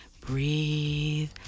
Breathe